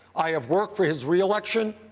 i have worked for his re-election.